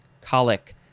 colic